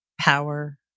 Power